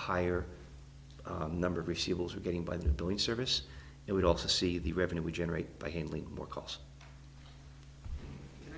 higher number of receivables are getting by the billing service it would also see the revenue we generate by handling more calls